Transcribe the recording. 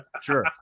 Sure